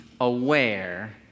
aware